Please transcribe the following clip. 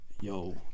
Yo